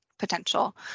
potential